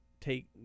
take